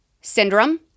syndrome